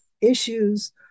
issues